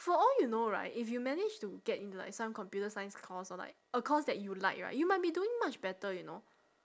for all you know right if you managed to get into like some computer science course or like a course that you like right you might doing much better you know